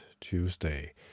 Tuesday